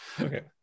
Okay